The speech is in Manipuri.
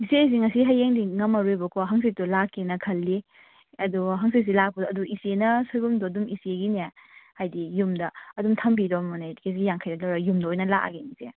ꯏꯆꯦ ꯑꯩꯁꯤ ꯉꯁꯤ ꯍꯌꯦꯡꯗꯤ ꯉꯝꯃꯔꯣꯏꯕꯀꯣ ꯍꯪꯆꯤꯠꯇꯨ ꯂꯥꯛꯀꯦꯅ ꯈꯜꯂꯤ ꯑꯗꯣ ꯍꯪꯆꯤꯠꯁꯤ ꯂꯥꯛꯄꯗꯣ ꯑꯗꯨ ꯏꯆꯦꯅ ꯁꯣꯏꯕꯨꯝꯗꯣ ꯑꯗꯨꯝ ꯏꯆꯦꯒꯤꯅꯦ ꯍꯥꯏꯗꯤ ꯌꯨꯝꯗ ꯑꯗꯨꯝ ꯊꯝꯕꯤꯔꯝꯃꯣꯅꯦ ꯀꯦꯖꯤ ꯌꯥꯡꯈꯩꯗꯣ ꯑꯩ ꯌꯨꯝꯗ ꯑꯣꯏꯅ ꯂꯥꯛꯂꯒꯦ ꯏꯆꯦ